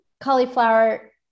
cauliflower